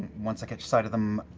once i catch sight of them,